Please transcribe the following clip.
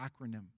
acronym